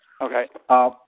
Okay